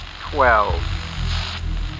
Twelve